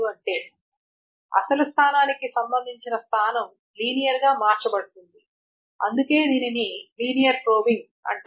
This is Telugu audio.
ఎందుకంటే అసలు స్థానానికి సంబంధించిన స్థానం లీనియర్ గా మార్చబడింది అందుకే దీనిని లీనియర్ ప్రోబింగ్ అంటారు